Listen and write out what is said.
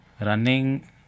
running